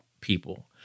people